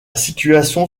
situation